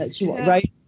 Right